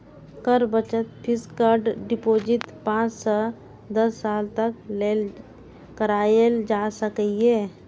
कर बचत fixed deposit पांच सं दस साल तक लेल कराएल जा सकैए